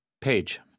Page